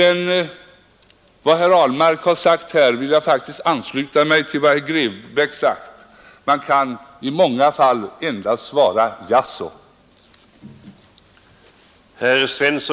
Beträffande vad herr Ahlmark har sagt vill jag faktiskt ansluta mig till den uppfattning som herr Grebäck framfört: Man kan i många fall endast svara jaså.